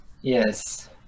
Yes